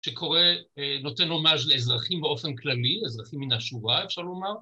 שקורה, נותן הומאז' לאזרחים באופן כללי, אזרחים מן השורה, אפשר לומר.